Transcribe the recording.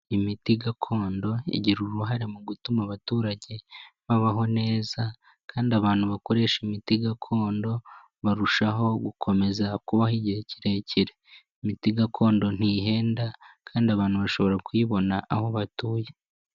Imiti gakondo igira uruhare mu gutuma abaturage babaho neza, kandi abantu bakoresha imiti gakondo barushaho gukomeza kubaho igihe kirekire. Imiti gakondo ntihenda, kandi abantu bashobora kuyibona aho batuye.